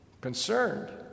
concerned